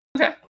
Okay